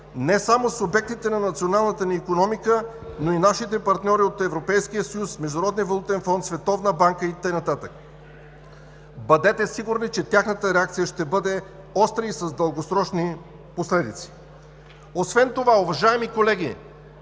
не само субектите на националната ни икономика, но и нашите партньори от Европейския съюз, Международния валутен фонд, Световната банка и така нататък. Бъдете сигурни, че тяхната реакция ще бъде остра и с дългосрочни последици. Освен това, уважаеми колеги,